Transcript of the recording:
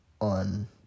on